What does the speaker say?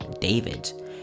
David